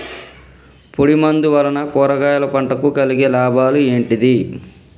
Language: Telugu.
పొడిమందు వలన కూరగాయల పంటకు కలిగే లాభాలు ఏంటిది?